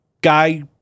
guy